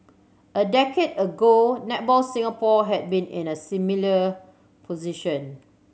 a decade ago Netball Singapore had been in a similar position